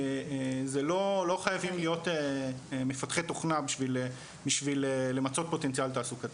לא חייבים להיות מפתחי תוכנה בשביל למצות פוטנציאל תעסוקתי.